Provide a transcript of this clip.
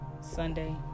Sunday